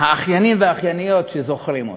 האחיינים והאחייניות, שזוכרים אותה.